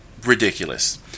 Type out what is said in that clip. ridiculous